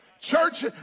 Church